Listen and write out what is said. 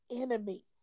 enemy